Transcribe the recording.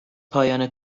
پایان